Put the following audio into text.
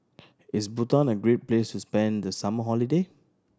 is Bhutan a great place to spend the summer holiday